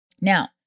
Now